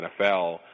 NFL